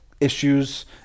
issues